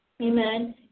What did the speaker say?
amen